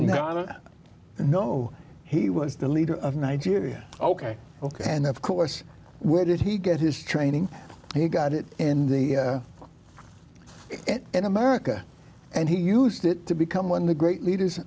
know he was the leader of nigeria ok ok and of course where did he get his training he got it in the in america and he used it to become one of the great leaders